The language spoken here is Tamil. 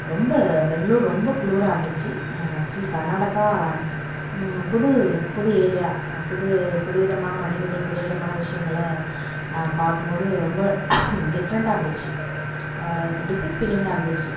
ரொம்ப பெங்ளூர் ரொம்ப குளிரா இருந்துச்சு ஸ்டில் கர்நாடகா புது புது ஏரியா புது புதுவிதமான மனிதர்கள் புதுவிதமான விஷயங்களை பார்க்கும் போது ரொம்ப டிஃப்ரெண்டாக இருந்துச்சு ஸோ டிஃப்ரெண்ட் ஃபீலிங்காக இருந்துச்சு